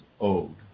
owed